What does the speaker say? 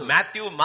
Matthew